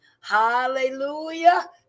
hallelujah